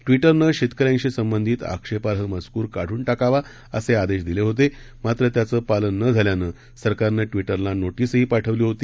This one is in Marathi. ट्विटरनंशेतकऱ्यांशीसंबंधितआक्षेपार्हमजकूरकाढूनटाकावाअसेआदेशदिलेहोते मात्रत्याचंपालननझाल्यानंसरकारनंट्विटरलानोटीसहीपाठवलीहोती